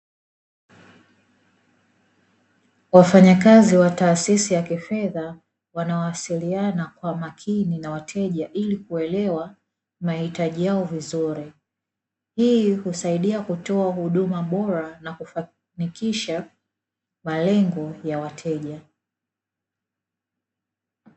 Wafanyakazi wa taasisi ya kifedha wanawasiliana kwa makini na wateja ili kuelewa mahitaji yao vizuri, hii husaidia kutoa huduma bora na kufanikisha malengo ya wateja.